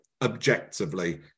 objectively